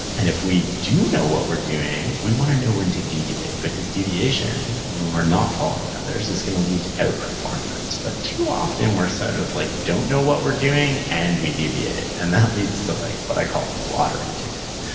and if we do know what we're doing, we wanna know when to deviate, because deviation, when we're not following others, is gonna lead to out-performance, but too often, we're sort of like, don't know what we're doing and we deviate, and that leads to like what i call the lottery ticket,